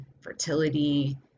fertility